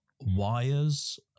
wires